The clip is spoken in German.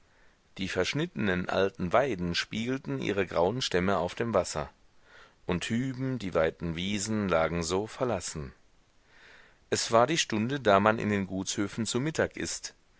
die verschnittenen alten weiden spiegelten ihre grauen stämme auf dem wasser und hüben die weiten wiesen lagen so verlassen es war die stunde da man in den gutshöfen zu mittag ißt